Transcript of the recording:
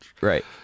Right